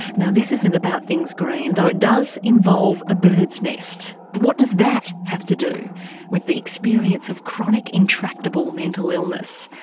now this isn't about things green, though it does involve a bird's nest. but what does that have to do with the experience of chronic intractable mental illness?